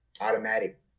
automatic